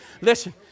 Listen